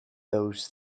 those